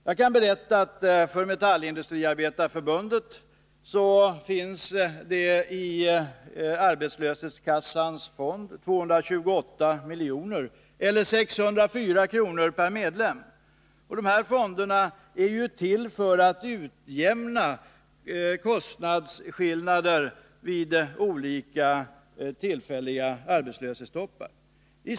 Jag kan berätta att Metallindustriarbetareförbundets arbetslöshetskassas fond utgör 228 milj.kr., eller 604 kr. per medlem. De här fonderna är ju till för att utjämna kostnaderna vid tillfälliga arbetslöshetstoppar.